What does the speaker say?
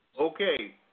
Okay